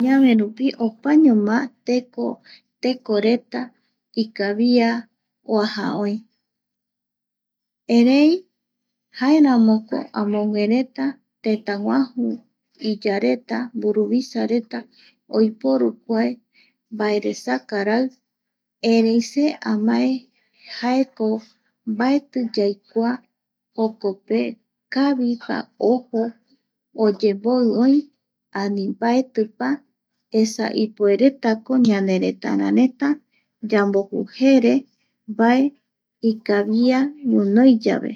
Añave rupi opañoma teko, tekoretaikavia oaja oi, erei jaeramoko amoguereta tetaguaju iyareta mburuvisareta oiporu kuae mbaeresaka rai erei se amae je jaeko mbaeti yaikua jokope kavira ojo oyemboi oï ani mbaetita esa ipueretako ñaneretarareta yamojujere mbae ikavia guinoi yave